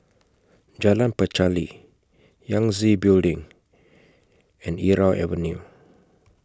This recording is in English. Jalan Pacheli Yangtze Building and Irau Avenue